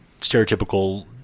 stereotypical